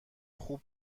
خوب